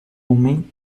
homem